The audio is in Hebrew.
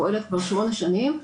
פועלת כבר שמונה שנים.